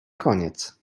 koniec